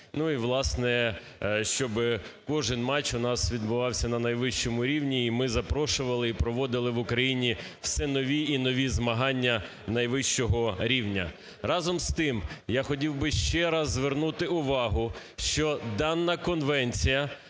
Ну, і, власне, щоб кожен матч у нас відбувався на найвищому рівні, і ми запрошували, і проводили в Україні все нові і нові змагання найвищого рівня. Разом з тим, я хотів би ще раз звернути увагу, що дана конвенція